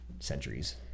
centuries